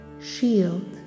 shield